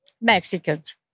Mexicans